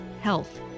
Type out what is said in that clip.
health